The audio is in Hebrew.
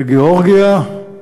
גאורגיה.